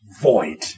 void